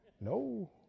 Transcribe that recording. No